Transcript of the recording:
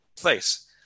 place